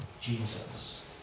Jesus